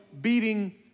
beating